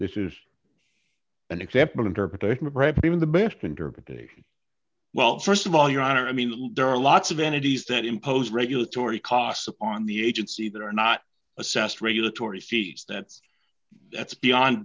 this is an example interpretation perhaps even the best interpretation well st of all your honor i mean there are lots of entities that impose regulatory costs on the agency that are not assessed regulatory steeds that's that's beyond